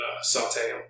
saute